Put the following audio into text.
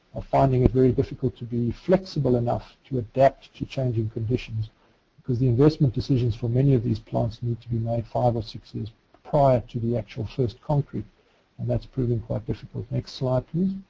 are finding it very difficult to be flexible enough to adapt to changing conditions because the investment decisions for many of these plants need to be made five or six years prior to the actual first concrete and that's proving quite next slide please.